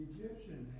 Egyptian